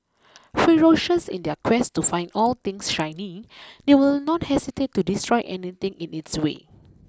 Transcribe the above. ferocious in their quest to find all things shiny they will not hesitate to destroy anything in its way